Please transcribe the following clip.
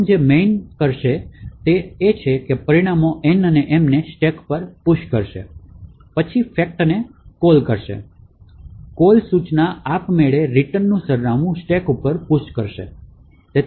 પ્રથમ જે main કરશે તે એ છે કે પરિમાણો N અને M ને સ્ટેક પર પુશ કરશે અને પછી fact ને કોલ કરશે કોલ સૂચના આપમેળે રિટર્નનું સરનામું સ્ટેક પર પુશ કરશે